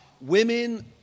Women